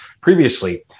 previously